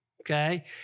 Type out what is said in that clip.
okay